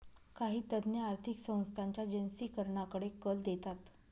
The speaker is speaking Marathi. काही तज्ञ आर्थिक संस्थांच्या जिनसीकरणाकडे कल देतात